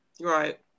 Right